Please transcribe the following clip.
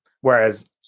whereas